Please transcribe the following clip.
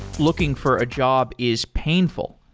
looking for a job is painful.